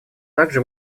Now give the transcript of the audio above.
также